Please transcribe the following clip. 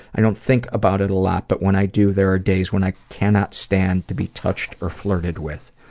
i don't think about it a lot, but when i do, there are days when i cannot stand to be touched or flirted with.